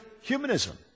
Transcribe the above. humanism